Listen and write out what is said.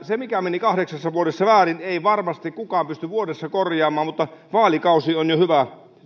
sitä mikä meni kahdeksassa vuodessa väärin ei varmasti kukaan pysty vuodessa korjaamaan mutta vaalikausi on jo hyvä